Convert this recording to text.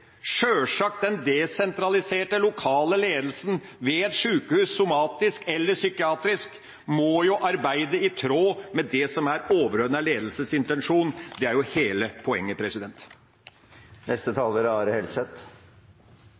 Sjølsagt må den desentraliserte, lokale ledelsen ved et sjukehus, somatisk eller psykiatrisk, arbeide i tråd med det som er den overordnede ledelsens intensjon. Det er jo hele poenget.